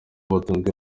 batunzwe